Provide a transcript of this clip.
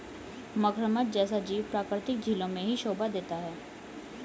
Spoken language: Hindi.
मगरमच्छ जैसा जीव प्राकृतिक झीलों में ही शोभा देता है